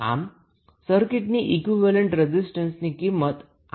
આમ સર્કિટની ઈક્વીવેલેન્ટ રેઝિસ્ટન્સની કિંમત 𝑅𝑇ℎ જેટલી થશે